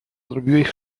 zrobiłeś